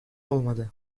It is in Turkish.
olmadı